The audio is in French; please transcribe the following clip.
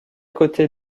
côtés